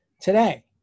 today